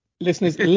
listeners